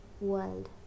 world